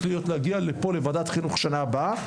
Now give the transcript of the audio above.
להיות להגיע פה לוועדת החינוך שנה הבאה,